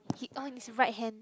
he his right hand